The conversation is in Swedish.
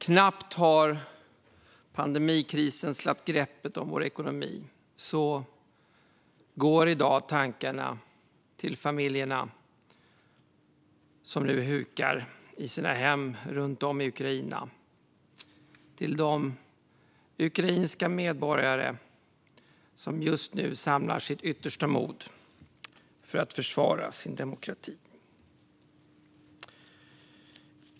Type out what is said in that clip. Knappt har pandemikrisen släppt greppet om vår ekonomi förrän tankarna i dag går till de familjer som nu hukar i sina hem runt om i Ukraina, till de ukrainska medborgare som just nu samlar sitt yttersta mod för att försvara sin demokrati.